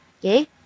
okay